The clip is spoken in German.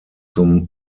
zum